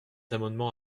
amendement